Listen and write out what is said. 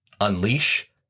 unleash